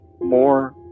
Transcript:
more